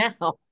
now